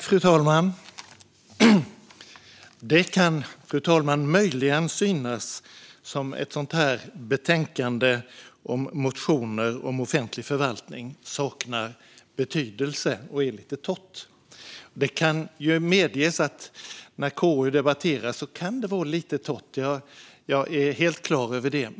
Fru talman! Det kan möjligen synas som om ett betänkande om motioner om offentlig förvaltning saknar betydelse och är torrt. Det kan medges att det ibland kan vara lite torrt när KU:s betänkanden debatteras. Jag är helt klar över det.